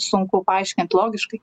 sunku paaiškint logiškai